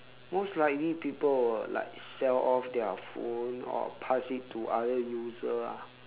most likely people will like sell off their phone or pass it to other user ah